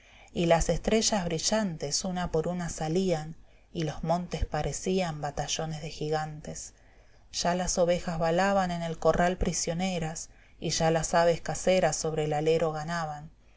ya las estrellas brillantes una por una salían y los montes parecían batallones de gigantes ya las ovejas balaban en el corral prisioneras y ya las aves caseras sobre el alero ganaban